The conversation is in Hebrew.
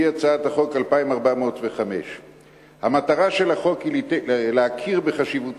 והיא הצעת החוק 2405. המטרה של החוק היא להכיר בחשיבותו